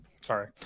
sorry